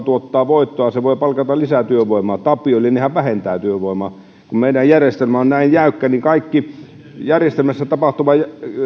tuottaa voittoa voi palkata lisätyövoimaa tappiollinenhan vähentää työvoimaa kun meidän järjestelmämme on näin jäykkä niin kaikki järjestelmässä tapahtuva